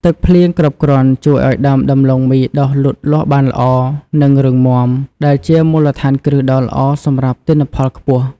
ទឹកភ្លៀងគ្រប់គ្រាន់ជួយឱ្យដើមដំឡូងមីដុះលូតលាស់បានល្អ និងរឹងមាំ ដែលជាមូលដ្ឋានគ្រឹះដ៏ល្អសម្រាប់ទិន្នផលខ្ពស់។